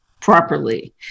Properly